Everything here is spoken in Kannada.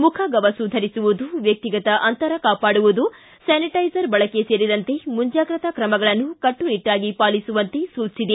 ಮುಖಗವಸು ಧರಿಸುವುದು ವ್ಯಕ್ಷಿಗತ ಅಂತರ ಕಾಪಾಡುವುದು ಸ್ಯಾನಿಟ್ಟೆಸರ್ ಬಳಕೆ ಸೇರಿದಂತೆ ಮುಂಜಾಗೃತಾ ಕ್ರಮಗಳನ್ನು ಕಟ್ಟುನಿಟ್ಟಾಗಿ ಪಾಲಿಸುವಂತೆ ಸೂಜಿಸಿದೆ